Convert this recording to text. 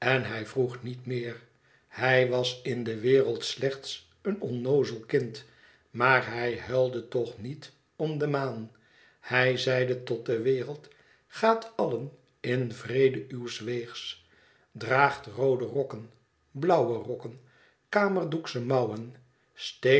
hij vroeg niet meer hij was in de wereld slechts een onnoozel kind maar hij huilde toch niet om de maan hij zeide tot de wereld gaat allen in vrede uws weegs draagt roode rokken blauwe rokken kamerdoèksche mouwen